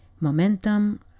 momentum